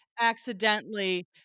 accidentally